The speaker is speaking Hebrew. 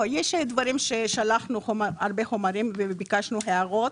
לא, יש דברים ששלחנו הרבה חומרים וביקשנו הערות.